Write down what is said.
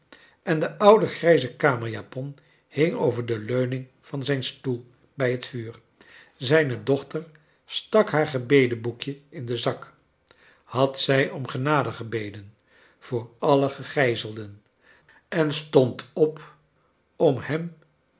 en de oude grijze kamerjapon hing over de leuning van zijn stoel bij het vuur zijne dochter stak haar gebedenboekje in den zak had zij om genade gebeden voor alle gegijzelden en stond op om hem